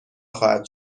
خواهد